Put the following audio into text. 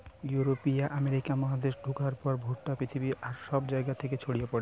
ইউরোপীয়রা আমেরিকা মহাদেশে ঢুকার পর ভুট্টা পৃথিবীর আর সব জায়গা রে ছড়ি পড়ে